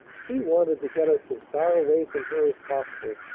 she wanted to get us as far away from her as possible.